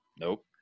Nope